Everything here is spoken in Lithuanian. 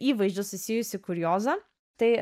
įvaizdžiu susijusį kuriozą tai